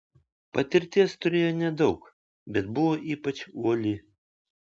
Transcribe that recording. patirties turėjo nedaug bet buvo ypač uoli